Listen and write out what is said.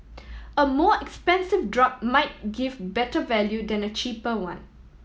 a more expensive drug might give better value than a cheaper one